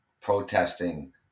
protesting